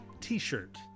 t-shirt